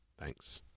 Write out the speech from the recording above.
Thanks